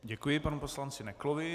Děkuji panu poslanci Neklovi.